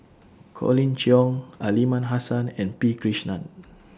Colin Cheong Aliman Hassan and P Krishnan